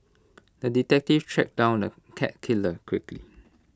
the detective tracked down the cat killer quickly